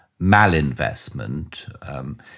malinvestment